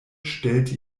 stellte